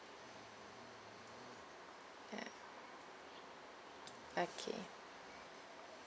ya okay